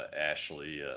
Ashley